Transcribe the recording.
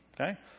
okay